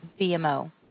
VMO